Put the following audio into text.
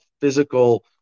physical